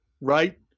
right